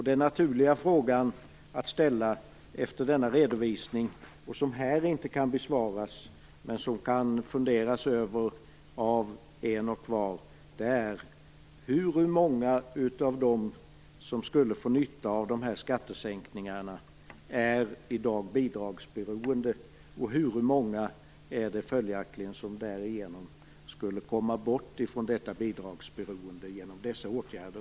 Den naturliga frågan efter denna redovisning - den kan inte besvaras här, men var och en kan fundera över den - är: Hur många av dem som skulle få nytta av dessa skattesänkningar är i dag bidragsberoende, och hur många är det som skulle komma bort från bidragsberoendet genom dessa åtgärder?